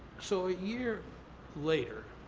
so a year later,